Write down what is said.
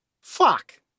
Fuck